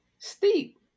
Steep